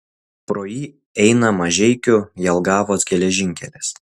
pro jį eina mažeikių jelgavos geležinkelis